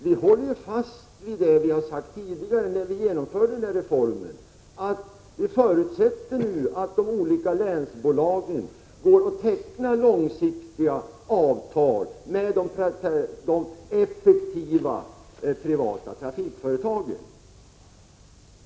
Vi håller fast vid det vi sagt tidigare, när vi genomförde reformen, att vi förutsätter att de olika länsbolagen tecknar långsiktiga avtal med de effektiva privata trafikföretagen.